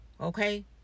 okay